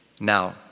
Now